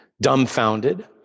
dumbfounded